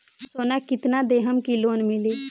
सोना कितना देहम की लोन मिली?